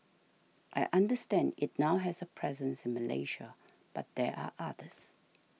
I understand it now has a presence in Malaysia but there are others